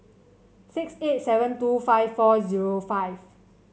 six eight seven two five four zero five